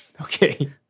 okay